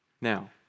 now